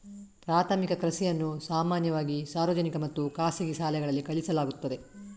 ಪ್ರಾಥಮಿಕ ಕೃಷಿಯನ್ನು ಸಾಮಾನ್ಯವಾಗಿ ಸಾರ್ವಜನಿಕ ಮತ್ತು ಖಾಸಗಿ ಶಾಲೆಗಳಲ್ಲಿ ಕಲಿಸಲಾಗುತ್ತದೆ